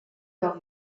del